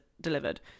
delivered